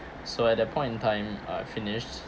so at that point in time I finished